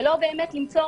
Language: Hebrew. ולא באמת למצוא